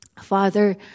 Father